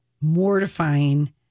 mortifying